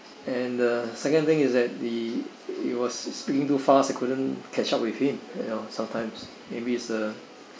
and the second thing is that the he was speaking too fast I couldn't catch up with him you know sometimes maybe it's a